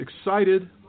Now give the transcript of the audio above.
excited